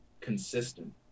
consistent